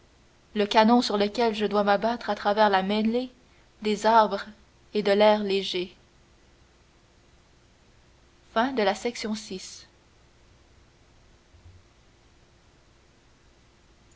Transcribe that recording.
le canon sur lequel je dois m'abattre à travers la mêlée des arbres et de l'air léger